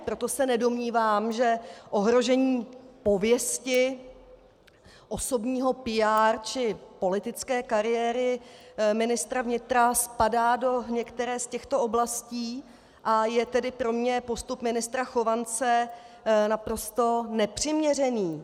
Proto se nedomnívám, že ohrožení pověsti, osobního PR či politické kariéry ministra vnitra spadá do některé z těchto oblastí, a je tedy pro mne postup ministra Chovance naprosto nepřiměřený.